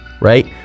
right